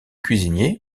cuisinier